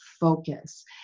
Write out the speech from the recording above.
focus